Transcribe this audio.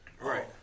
right